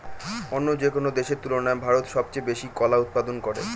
অন্য যেকোনো দেশের তুলনায় ভারত সবচেয়ে বেশি কলা উৎপাদন করে